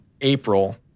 april